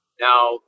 Now